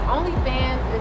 OnlyFans